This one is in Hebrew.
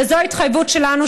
וזו התחייבות שלנו,